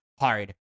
hard